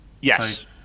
Yes